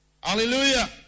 Hallelujah